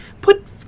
Put